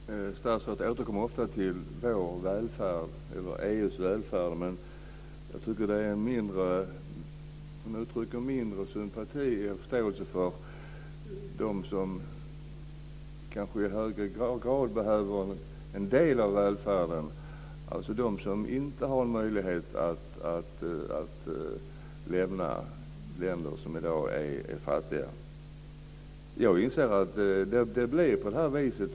Fru talman! Statsrådet återkommer ofta till EU:s välfärd, men jag tycker att hon uttrycker mindre sympati och förståelse för dem som kanske i högre grad behöver en del av välfärden, alltså de som inte har möjlighet att lämna länder som i dag är fattiga. Jag inser att det blir på det här viset.